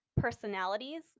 personalities